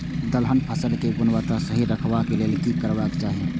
दलहन फसल केय गुणवत्ता सही रखवाक लेल की करबाक चाहि?